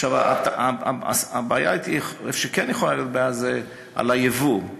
איפה שכן יכולה להיות בעיה זה עם היבוא: